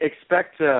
Expect